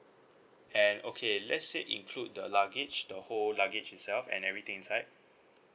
and okay let's say include the luggage the whole luggage itself and everything inside